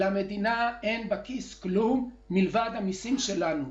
למדינה אין בכיס כלום מלבד המיסים שלנו.